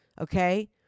Okay